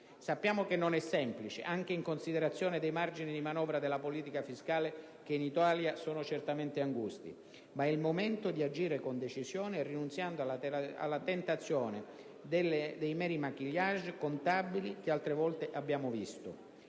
Sappiamo che non è semplice, anche in considerazione dei margini di manovra della politica fiscale che in Italia sono certamente angusti, ma è il momento di agire con decisione, rinunziando alla tentazione dei meri *maquillage* contabili che altre volte abbiamo visto,